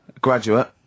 Graduate